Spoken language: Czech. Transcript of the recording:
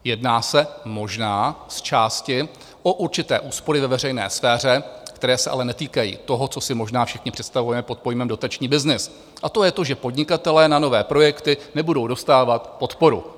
Jedná se možná zčásti o určité úspory ve veřejné sféře, které se ale netýkají toho, co si možná všichni představujeme pod pojmem dotační byznys, a to je to, že podnikatelé na nové projekty nebudou dostávat podporu.